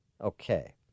Okay